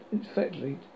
effectively